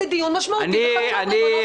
זה דיון משמעותי וחשוב, ריבונו של עולם.